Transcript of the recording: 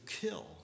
kill